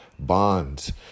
bonds